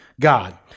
God